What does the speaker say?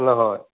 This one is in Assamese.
নহয়